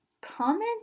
comment